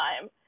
time